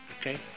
Okay